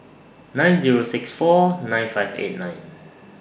nine Zero six four nine five eight nine